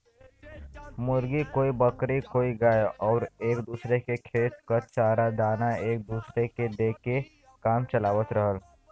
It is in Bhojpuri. मुर्गी, कोई बकरी कोई गाय आउर एक दूसर के खेत क चारा दाना एक दूसर के दे के काम चलावत रहल